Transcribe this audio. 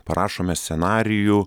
parašome scenarijų